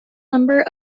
number